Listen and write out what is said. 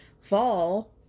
fall